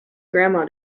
grandma